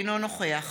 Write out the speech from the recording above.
אינו נוכח